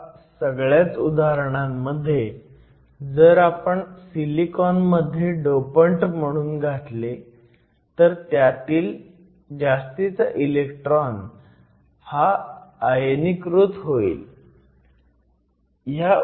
हउभा सगळ्याच उदाहरणांमध्ये जर आपण हे सिलिकॉन मध्ये डोपंट म्हणून घातले तर त्यातील जास्तीचा इलेक्ट्रॉन हा आयनीकृत होईल